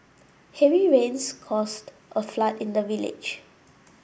heavy rains caused a flood in the village